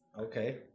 Okay